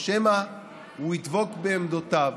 או שמא הוא ידבק בעמדותיו,